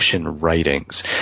writings